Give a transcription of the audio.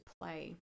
play